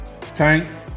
tank